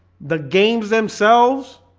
the games themselves